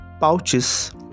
pouches